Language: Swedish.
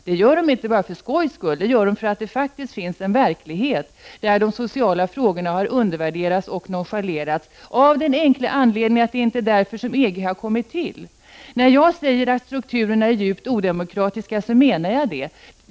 Detta gör man inte bara för skojs skull, utan därför att det faktiskt finns en verklighet där de sociala frågorna har undervärderats och nonchalerats av den enkla anledningen att EG inte har kommit till för att lösa dessa. När jag säger att strukturerna är djupt odemokratiska menar jag det.